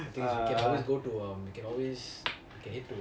uh